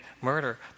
murder